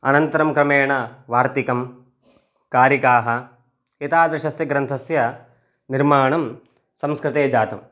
अनन्तरं क्रमेण वार्तिकं कारिकाः एतादृशस्य ग्रन्थस्य निर्माणं संस्कृते जातम्